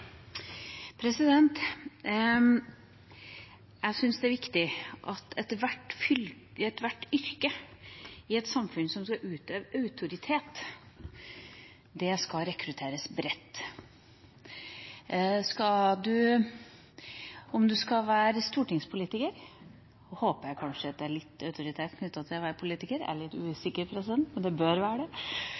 viktig at det til ethvert yrke som skal utøve autoritet i et samfunn, skal rekrutteres bredt. Om en skal være stortingspolitiker – jeg håper det er litt autoritet knyttet til det å være politiker, jeg er litt usikker, men det bør være